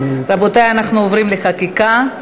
רבותי, אנחנו עוברים לחקיקה.